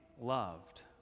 loved